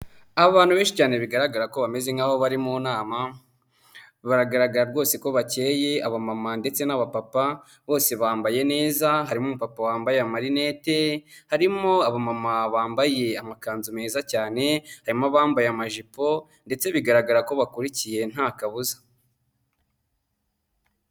Aho abantu benshi cyane bigaragara ko bameze nk'aho bari mu nama, baragaragara rwose ko bakeye, abamama ndetse n'abapapa bose bambaye neza, harimo umupapa wambaye amarinete, harimo abamama bambaye amakanzu meza cyane, barimo bambaye amajipo ndetse bigaragara ko bakurikiye nta kabuza.